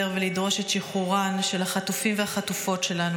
ולדרוש את שחרורם של החטופים והחטופות שלנו,